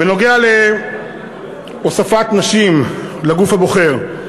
בנוגע להוספת נשים לגוף הבוחר,